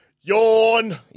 Yawn